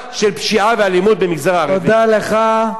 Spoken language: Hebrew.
למה בעירק יש הרבה טבח?